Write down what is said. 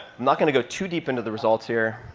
not going to go too deep into the results here.